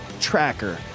tracker